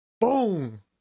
Boom